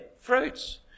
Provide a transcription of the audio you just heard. fruits